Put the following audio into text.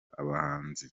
abahanzi